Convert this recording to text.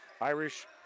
Irish